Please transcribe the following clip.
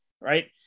right